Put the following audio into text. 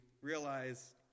realize